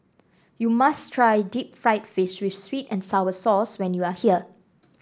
you must try Deep Fried Fish with sweet and sour sauce when you are here